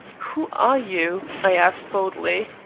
who are you? i asked boldly,